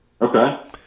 Okay